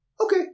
Okay